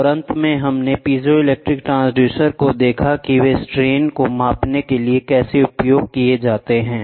और अंत में हमने पीजोइलेक्ट्रिक ट्रांसड्यूसर को देखा कि वे स्ट्रेन को मापने के लिए कैसे उपयोग किए जाते हैं